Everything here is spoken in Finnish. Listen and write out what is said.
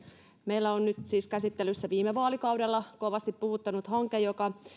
meillä on nyt siis käsittelyssä viime vaalikaudella kovasti puhuttanut hanke joka